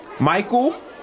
Michael